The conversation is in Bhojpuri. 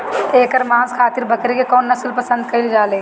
एकर मांस खातिर बकरी के कौन नस्ल पसंद कईल जाले?